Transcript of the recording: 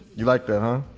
you like that, um